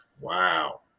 Wow